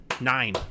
nine